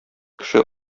кеше